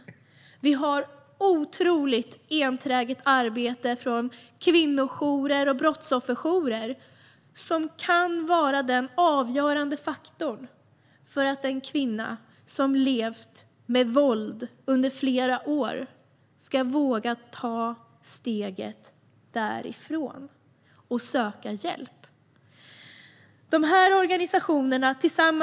Kvinnojourer och brottsofferjourer gör ett enträget arbete som kan vara den avgörande faktorn för att en kvinna som har levt med våld under flera år ska våga ta steget och söka hjälp.